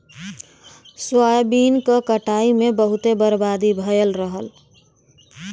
soybean क कटाई में बहुते बर्बादी भयल रहल